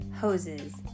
hoses